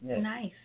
Nice